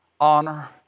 honor